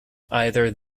either